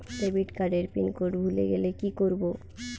Debit card এর pin code ভুলে গেলে কি করব?